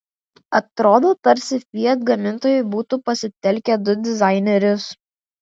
atrodo tarsi fiat gamintojai būtų pasitelkę du dizainerius